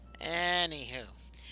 Anywho